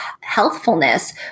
healthfulness